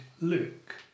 Luke